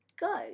go